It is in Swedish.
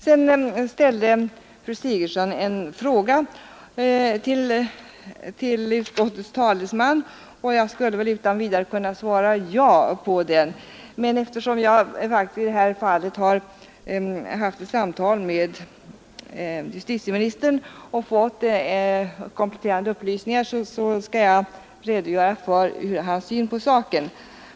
Sedan ställde fru Sigurdsen en fråga till utskottets talesman. Jag skulle utan vidare svara ja på den, men eftersom jag faktiskt i detta fall har haft ett samtal med justitieministern och fått kompletterande upplysningar skall jag redogöra för hans syn på saken.